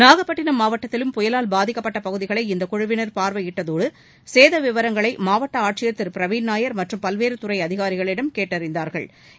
நாகப்பட்டினம் மாவட்டத்திலும் புயலால் பாதிக்கப்பட்ட பகுதிகளை இக்குழுவினர் பார்வையிட்டதோடு சேத விவரங்களை மாவட்ட ஆட்சியர் திரு பிரவீன் நாயர் மற்றும் பல்வேறு துறை அதிகாரிகளிடம் கேட்டறிந்தனா்